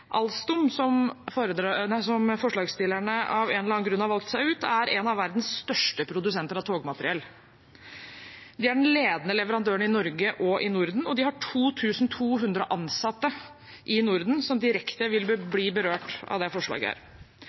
som forslagsstillerne av en eller annen grunn har valgt seg ut, er en av verdens største produsenter av togmateriell. Det er den ledende leverandøren i Norge og i Norden, og de har 2 200 ansatte i Norden som direkte vil bli berørt av forslaget. Det